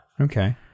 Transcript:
Okay